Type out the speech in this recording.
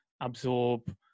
absorb